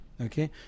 Okay